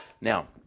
Now